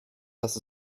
dass